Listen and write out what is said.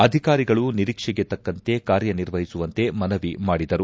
ಅಧಿಕಾರಿಗಳು ನಿರೀಕ್ಷೆಗೆ ತಕ್ಕಂತೆ ಕಾರ್ಯನಿರ್ವಹಿಸುವಂತೆ ಮನವಿ ಮಾಡಿದರು